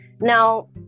Now